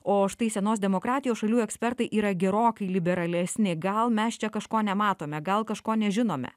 o štai senos demokratijos šalių ekspertai yra gerokai liberalesni gal mes čia kažko nematome gal kažko nežinome